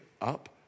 up